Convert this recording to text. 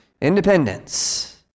Independence